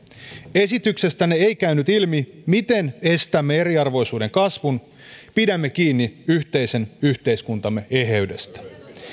esityksestänne ei käynyt ilmi miten estämme eriarvoisuuden kasvun pidämme kiinni yhteisen yhteiskuntamme eheydestä